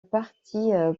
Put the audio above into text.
partie